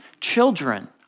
Children